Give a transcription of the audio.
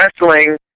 wrestling